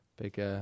Big